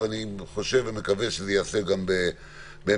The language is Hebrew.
ואני חושב ומקווה שזה ייעשה בהמשך.